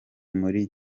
muri